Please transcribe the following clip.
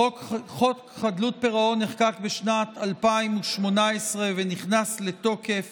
חוק חדלות פירעון נחקק בשנת 2018 ונכנס לתוקף